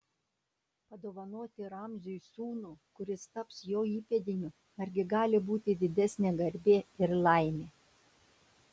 padovanoti ramziui sūnų kuris taps jo įpėdiniu argi gali būti didesnė garbė ir laimė